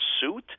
suit